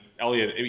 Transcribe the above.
Elliott